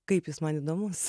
kaip jis man įdomus